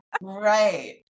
Right